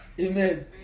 Amen